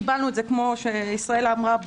כמו שישראלה אמרה,